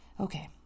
Okay